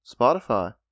Spotify